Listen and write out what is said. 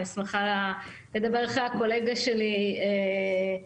אני שמחה לדבר אחרי הקולגה שלי מ-WS,